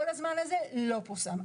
במשך כל הזמן הזה לא פורסם.